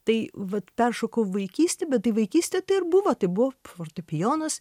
tai vat peršokau vaikystę bet tai vaikystė buvo tai buvo fortepijonas